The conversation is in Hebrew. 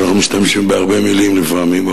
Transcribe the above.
שאנחנו משתמשים בהרבה מלים לפעמים,